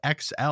XL